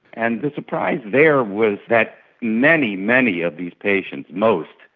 and the surprise there was that many, many of these patients, most,